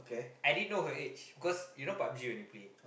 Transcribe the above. I didn't know her age cause you know pub-G when you play